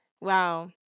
Wow